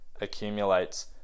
accumulates